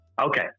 Okay